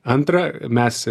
antra mes